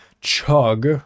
chug